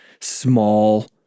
small